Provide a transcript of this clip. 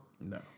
No